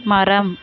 மரம்